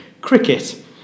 Cricket